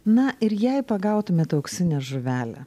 na ir jei pagautumėt auksinę žuvelę